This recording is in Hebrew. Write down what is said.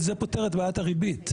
זה פותר את בעיית הריבית.